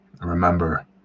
Remember